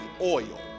oil